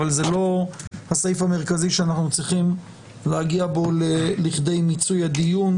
אבל הם לא הסעיף המרכזי שאנחנו צריכים להגיע בו לכדי מיצוי הדיון,